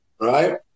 right